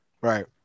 Right